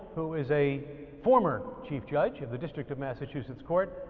who is a former chief judge of the district of massachusetts court.